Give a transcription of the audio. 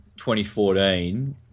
2014